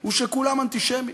הוא שכולם אנטישמים.